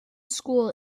school